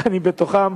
ואני בתוכם,